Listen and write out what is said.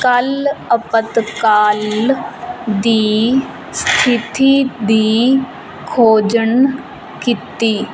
ਕੱਲ੍ਹ ਅਪਾਤਕਾਲ ਦੀ ਸਥਿਤੀ ਦੀ ਖੋਜਣ ਕੀਤੀ